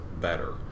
better